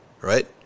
Right